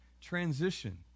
transition